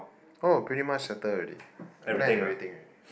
oh pretty much settle already I plan everything already yep